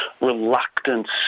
reluctance